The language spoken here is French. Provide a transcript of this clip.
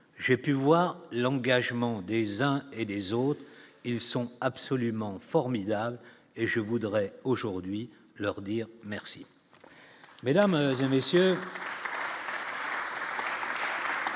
j'ai pu voir l'engagement des uns et des autres, ils sont absolument formidables et je voudrais aujourd'hui leur dire merci